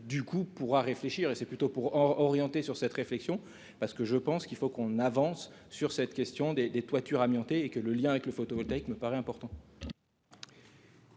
du coup pourra réfléchir et c'est plutôt pour orienter sur cette réflexion, parce que je pense qu'il faut qu'on avance sur cette question des des toitures amiantés et que le lien avec le photovoltaïque me paraît important.